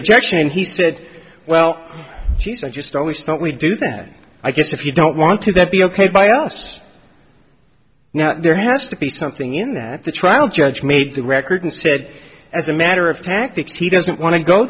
objection and he said well she's i just always don't we do that i guess if you don't want to that be ok by us now there has to be something in that the trial judge made the record and said as a matter of tactics he doesn't want to go